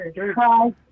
Hi